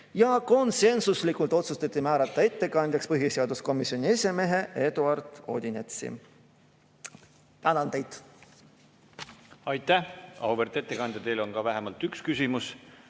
Konsensuslikult otsustati määrata ettekandjaks põhiseaduskomisjoni esimees Eduard Odinets. Tänan teid! Aitäh, auväärt ettekandja, teile on vähemalt üks küsimus.